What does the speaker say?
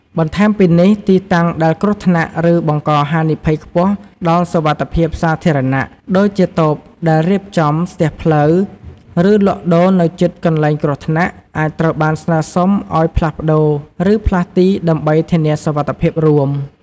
បន្ថែមពីនេះ ទីតាំងដែលគ្រោះថ្នាក់ ឬបង្កហានិភ័យខ្ពស់ដល់សុវត្ថិភាពសាធារណៈ ដូចជាតូបដែលរៀបចំស្ទះផ្លូវ ឬលក់ដូរនៅជិតកន្លែងគ្រោះថ្នាក់ អាចត្រូវបានស្នើសុំឱ្យ ផ្លាស់ប្តូរ ឬ ផ្លាស់ទី ដើម្បីធានាសុវត្ថិភាពរួម។